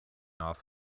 off